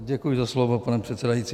Děkuji za slovo, pane předsedající.